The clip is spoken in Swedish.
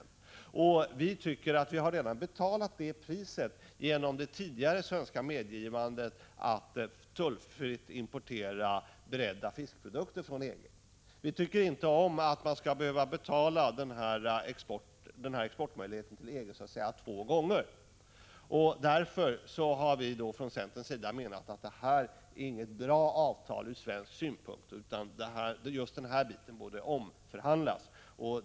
Vi tycker i centern att Sverige redan har betalat det priset, genom det tidigare svenska medgivandet för tullfri import av beredda fiskprodukter från EG. Vi tycker inte om att denna exportmöjlighet skall betalas till EG två gånger. Därför är detta inte något bra avtal ur svensk synpunkt, utan just denna del borde omförhandlas.